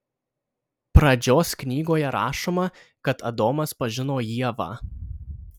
pradžios knygoje rašoma kad adomas pažino ievą